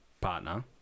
partner